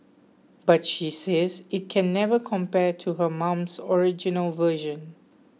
but she says it can never compare to her mum's original version